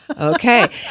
okay